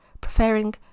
preferring